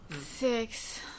Six